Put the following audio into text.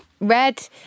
red